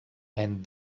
and